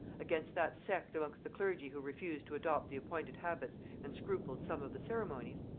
against that sect amongst the clergy who refused to adopt the appointed habits and scrupled some of the ceremonies,